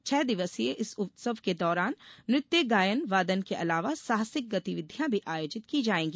छह दिवसीय इस उत्सव के दौरान नृत्य गायन वादन के अलावा साहसिक गतिविधियां भी आयोजित की जायेंगी